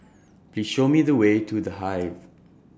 Please Show Me The Way to The Hive